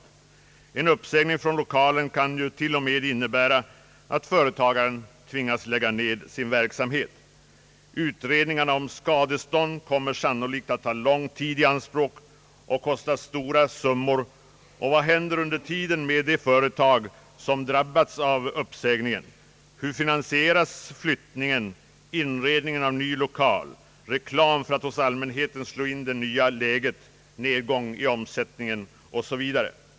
En uppsägning och avflyttning från lokalen kan ju till och med innebära att företagaren tvingas lägga ned sin verksamhet. Utredningarna om skadestånd kommer sannolikt att ta lång tid i anspråk och kosta stora summor, och vad händer under tiden med det företag som har drabbats av uppsägningen? Hur finansieras flyttningen, inredningen av den nya lokalen, reklam för att hos allmänheten slå in det nya läget, nedgång i omsättningen osv.?